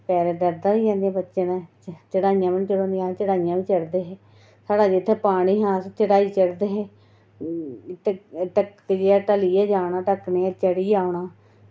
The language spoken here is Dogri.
पैर दर्दां होई जंदियां बच्चें दे चढ़ाइयां बी निं चढ़ोंदियां अस चढ़ाइयां बी चढ़दे हे साढ़े जित्थै पानी हा अस चढ़ाई चढ़दे हे ढक्की ढलियै जाना ते ढक्की नेही चढ़ियै औना